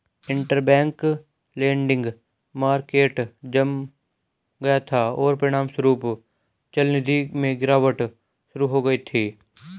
interbank lending market जम गया था, और परिणामस्वरूप चलनिधि में गिरावट शुरू हो गई थी